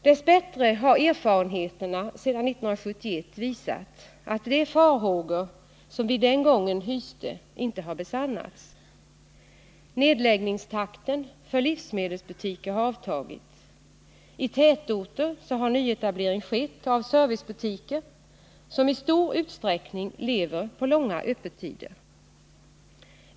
Dess bättre har erfarenheterna sedan 1971 visat att de farhågor som vi den gången hyste inte har besannats. Takten i nedläggningen av livsmedelsbutiker har avtagit. I tätorter har nyetablering skett av servicebutiker, som i stor utsträckning lever på långa öppettider.